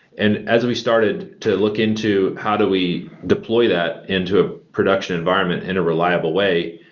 and as we started to look into how do we deploy that into a production environment in a reliable way,